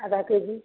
आधा के जी